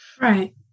Right